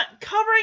covering